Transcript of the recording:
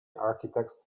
architects